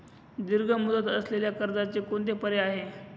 दीर्घ मुदत असलेल्या कर्जाचे कोणते पर्याय आहे?